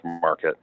market